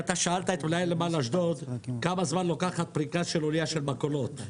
אתה שאלת את מנהל נמל אשדוד כמה זמן לוקחת פריקה של אנייה של מכולות.